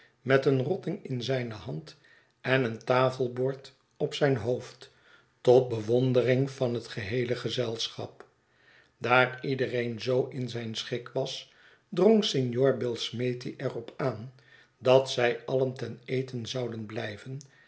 met een rotting in zijne hand en een tafelbord op zijn hoofd tot bewondering van het geheele gezelschap daar iedereen zoo in zijn schik was drong signor billsmethi er op aan dat zij alien ten eten zouden blijven